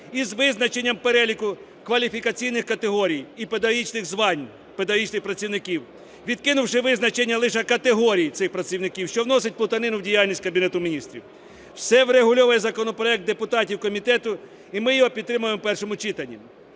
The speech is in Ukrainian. з визначенням переліку кваліфікаційних категорій і педагогічних звань педагогічних працівників, відкинувши визначення лише категорій цих працівників, що вносить плутанину в діяльність Кабінету Міністрів. Усе врегульовує законопроект депутатів комітету і ми його підтримуємо в першому читанні.